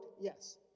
yes